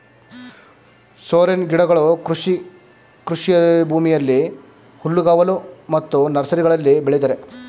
ಸೋರೆನ್ ಗಿಡಗಳು ಕೃಷಿ ಕೃಷಿಭೂಮಿಯಲ್ಲಿ, ಹುಲ್ಲುಗಾವಲು ಮತ್ತು ನರ್ಸರಿಗಳಲ್ಲಿ ಬೆಳಿತರೆ